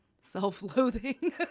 self-loathing